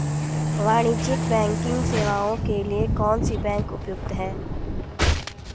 वाणिज्यिक बैंकिंग सेवाएं के लिए कौन सी बैंक उपयुक्त है?